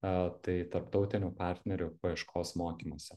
a tai tarptautinių partnerių paieškos mokymuose